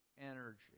energy